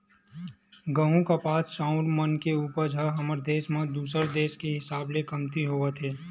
गहूँ, कपास, चाँउर मन के उपज ह हमर देस म दूसर देस के हिसाब ले कमती होवत हे